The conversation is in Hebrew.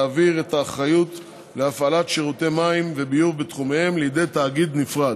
להעביר את האחריות להפעלת שירותי מים וביוב בתחומיהן לידי תאגיד נפרד.